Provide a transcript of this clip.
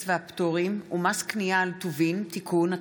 והפטורים ומס קנייה על טובין (תיקון),